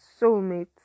soulmates